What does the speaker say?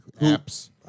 apps